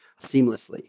seamlessly